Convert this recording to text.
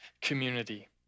community